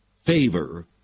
favor